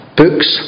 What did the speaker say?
books